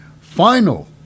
final